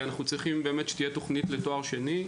אנחנו צריכים שתהיה תכנית גנרית לתואר שני.